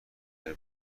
داره